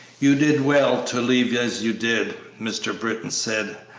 you did well to leave as you did, mr. britton said,